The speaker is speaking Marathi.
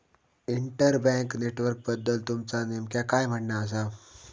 इंटर बँक नेटवर्कबद्दल तुमचा नेमक्या काय म्हणना आसा